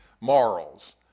morals